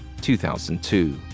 2002